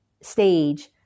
stage